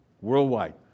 worldwide